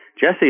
Jesse